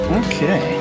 okay